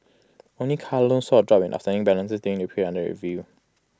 only car loans saw A drop in outstanding balances during the period under review